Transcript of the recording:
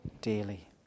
daily